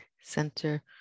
center